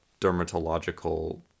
dermatological